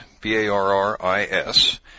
B-A-R-R-I-S